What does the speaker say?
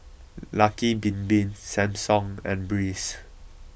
Lucky Bin Bin Samsung and Breeze